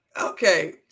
Okay